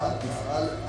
מסחר, תעסוקה,